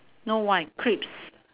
no Y crisp